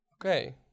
Okay